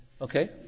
Okay